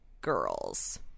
girls